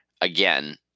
again